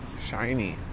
shiny